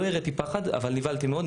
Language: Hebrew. לא הראיתי פחד אבל נבהלתי מאוד.